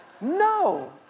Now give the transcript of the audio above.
No